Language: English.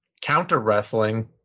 counter-wrestling